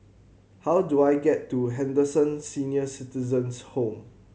how do I get to Henderson Senior Citizens' Home